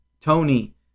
Tony